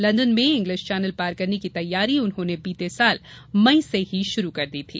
London में English Channel पार करने की तैयारी उन्होंने बीते वर्ष मई से ही शुरू कर दी थी